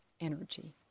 energy